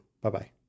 Bye-bye